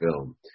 film